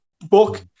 book